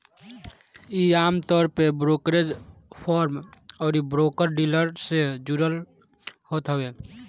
इ आमतौर पे ब्रोकरेज फर्म अउरी ब्रोकर डीलर से जुड़ल होत हवे